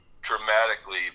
dramatically